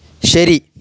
ശരി